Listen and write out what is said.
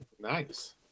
Nice